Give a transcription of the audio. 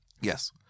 Yes